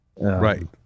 Right